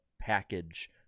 package